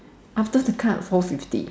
after the cut four fifty